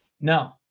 No